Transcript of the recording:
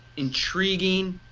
intriguing